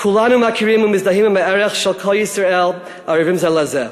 כולנו מכירים ומזדהים עם הערך "כל ישראל ערבים זה לזה".